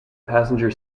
passenger